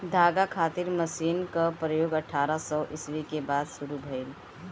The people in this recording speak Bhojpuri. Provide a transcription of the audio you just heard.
धागा खातिर मशीन क प्रयोग अठारह सौ ईस्वी के बाद शुरू भइल